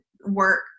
work